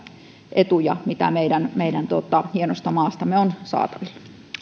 etuja mitä meidän meidän hienosta maastamme on saatavilla